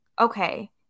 okay